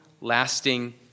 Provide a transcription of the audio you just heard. lasting